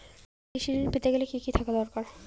কৃষিঋণ পেতে গেলে কি কি থাকা দরকার?